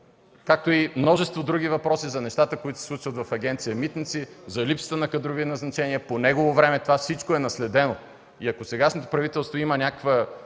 както и множество други въпроси за нещата, които се случват в Агенция „Митници”, за липсата на кадрови назначения по негово време. Всичко това е наследено и ако сегашното правителство има някаква